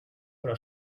però